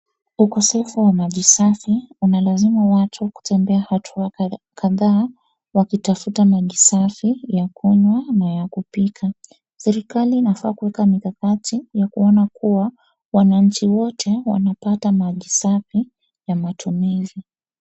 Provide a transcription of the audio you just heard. Ukosefu wa maji safi umelazimu watu kutembea hatua kadhaa wakitafuta maji safi ya kunywa na ya kupika. Serikali inafaa kuweka mikakati na kuona kuwa wananchi wote wanapata maji safi ya matumizi.